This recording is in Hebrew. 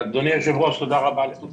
אדוני היושב-ראש, תודה רבה על זכות הדיבור.